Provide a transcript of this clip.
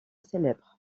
célèbre